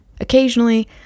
Occasionally